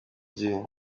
gihe